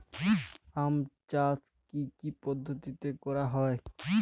আম চাষ কি কি পদ্ধতিতে করা হয়?